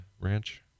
Ranch